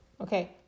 Okay